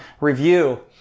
review